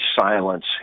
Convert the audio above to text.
silence